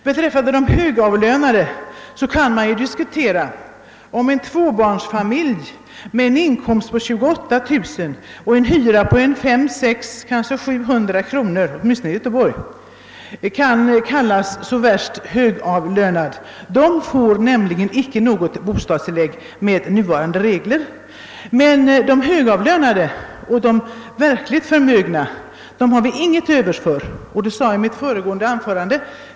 Beträffande diskussionen om de högavlönade kan man väl ifrågasätta om en tvåbarnsfamilj med en inkomst av 28 000 kronor och en hyra på mellan 500 och ända upp till 700 kronor, t.ex. i Göteborg, verkligen kan kallas särskilt högavlönad. Det utdelas nämligen med nuvarande regler inte något bostadstillägg i sådan fall, och någon höjning av barnbidraget får han inte heller nu. Men för de verkligt högavlönade och de förmögna har vi ingenting till övers, som jag också framhöll i mitt föregående anförande.